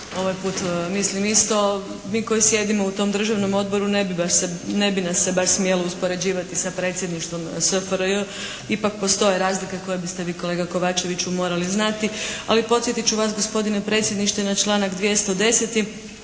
ovaj put mislim isto. Mi koji sjedimo u tom državnom odboru, ne bi nas se baš smjelo uspoređivati sa predsjedništvo SFRJ. Ipak postoje razlike koje biste vi kolega Kovačeviću morali znati. Ali, podsjetit ću vas gospodine predsjedniče na članak 210.,